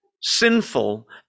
sinful